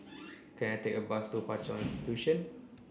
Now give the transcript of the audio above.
can I take a bus to Hwa Chong Institution